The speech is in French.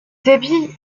débit